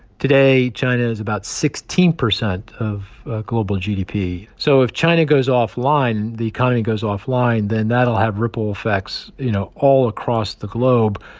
today, china is about sixteen percent of global gdp. so if china goes offline, the economy goes offline, then that'll have ripple effects, you know, all across the globe.